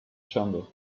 jungle